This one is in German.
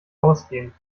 ausgehen